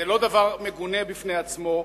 זה לא דבר מגונה בפני עצמו,